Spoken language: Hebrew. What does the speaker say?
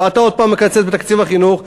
ואתה עוד הפעם מקצץ בתקציב החינוך.